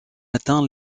atteint